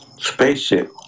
spaceship